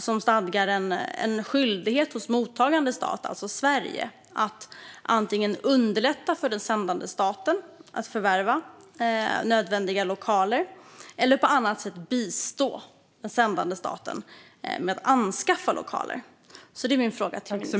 Den stadgar en skyldighet hos mottagande stat, i detta fall Sverige, att antingen underlätta för den sändande staten att förvärva nödvändiga lokaler eller på annat sätt bistå den sändande staten med att anskaffa lokaler. Det vill jag fråga ministern om.